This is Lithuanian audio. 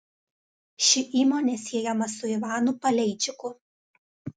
ši įmonė siejama su ivanu paleičiku